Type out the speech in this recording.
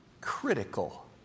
critical